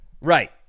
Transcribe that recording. Right